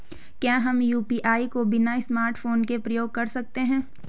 क्या हम यु.पी.आई को बिना स्मार्टफ़ोन के प्रयोग कर सकते हैं?